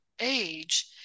age